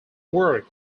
work